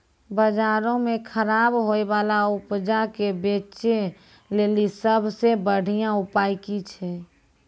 बजारो मे खराब होय बाला उपजा के बेचै लेली सभ से बढिया उपाय कि छै?